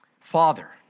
Father